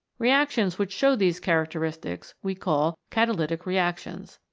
reactions which show these characteristics we call catalytic reactions.